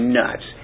nuts